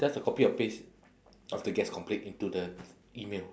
just a copy and paste of the guest complain into the email